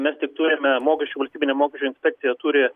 mes tik turime mokesčių valstybinė mokesčių inspekcija turi